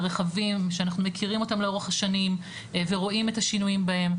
הרכבים שאנחנו מכירים אותם לאורך השנים ורואים את השינויים בהם.